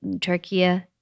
Turkey